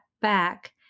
back